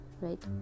right